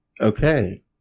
Okay